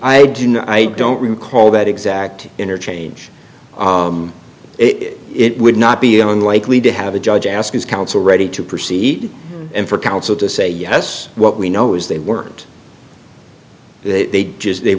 didn't i don't recall that exact interchange it would not be unlikely to have a judge ask his counsel ready to proceed and for counsel to say yes what we know is they weren't they just they